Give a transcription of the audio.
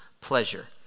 pleasure